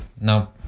now